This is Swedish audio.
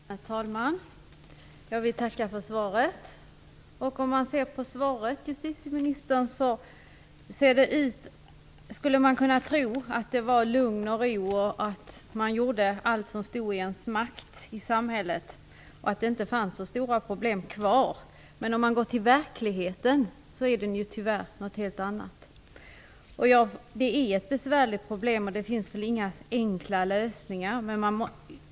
Herr talman! Jag vill tacka för svaret. Av svaret skulle man kunna tro att det är lugn och ro, att samhället gör allt som står i dess makt och att det inte finns så stora problem kvar. Om man ser på verkligheten är det ju tyvärr något annat. Det är ett besvärligt problem och det finns inga enkla lösningar.